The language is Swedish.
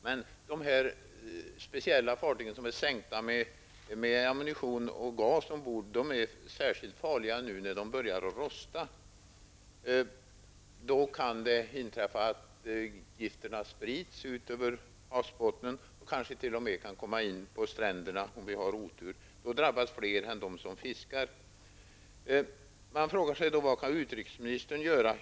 Men dessa speciella fartyg som sänkts med ammunition och gas ombord är särskilt farliga nu när de börjar att rosta. Då kan gifterna spridas ut över havsbottnen och kanske t.o.m. upp på stränderna om vi har otur. Då drabbas fler än de som fiskar. Då frågar man sig vad utrikesministern kan göra.